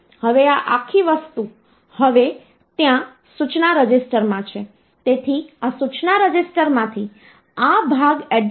તેથી આ રીતે આપણે એક નંબર સિસ્ટમમાંથી બીજી નંબર સિસ્ટમમાં કન્વર્ટ કરી શકીએ છીએ